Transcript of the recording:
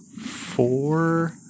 four